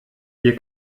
hier